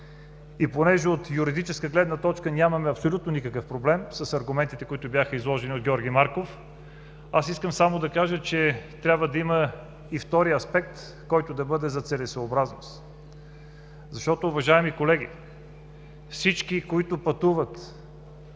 Понеже от юридическа гледна точка нямаме абсолютно никакъв проблем с аргументите, които бяха изложени от Георги Марков, искам само да кажа, че трябва да има и втори аспект, който да бъде за целесъобразност, защото, уважаеми колеги, всички, които пътуват